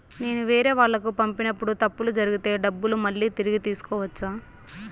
నేను వేరేవాళ్లకు పంపినప్పుడు తప్పులు జరిగితే డబ్బులు మళ్ళీ తిరిగి తీసుకోవచ్చా?